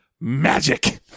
magic